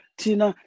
tina